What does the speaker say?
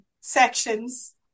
sections